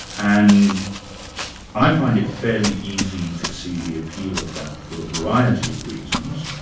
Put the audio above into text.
and i find it fairly easy to see the appeal of that for a variety of reasons.